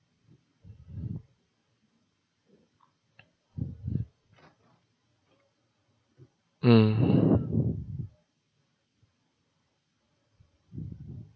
mm